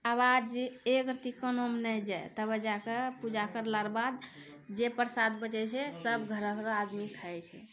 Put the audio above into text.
आवाज एक रति कानो मे नहि जाइ तब जाकऽ पूजा करला र बाद जे प्रसाद बचै छै सभ घर घर आदमी खाइ छै